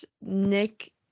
Nick